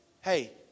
hey